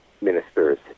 Ministers